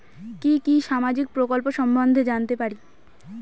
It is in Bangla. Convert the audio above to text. কি কি সামাজিক প্রকল্প সম্বন্ধে জানাতে পারি?